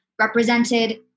represented